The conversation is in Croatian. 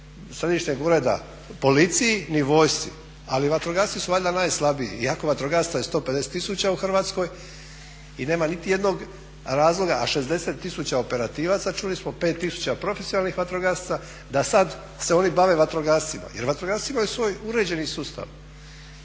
središnjeg ureda policiji ni vojsci, ali vatrogasci su valjda najslabiji iako vatrogasaca je 150 000 u Hrvatskoj i nema niti jednog razloga, a 60 000 operativaca čuli smo, 5000 profesionalnih vatrogasaca, da sad se oni bave vatrogascima jer vatrogasci imaju svoj uređeni sustav.